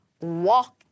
walk